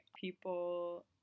people